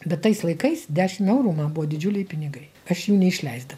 bet tais laikais dešim eurų man buvo didžiuliai pinigai aš jų neišleisda